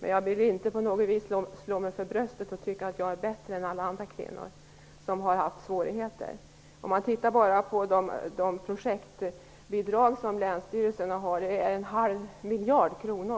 Men jag slår mig inte för bröstet och tycker att jag är bättre än alla andra kvinnor som har haft svårigheter. Låt oss se på de projektbidrag på en halv miljard kronor som länsstyrelserna har att ge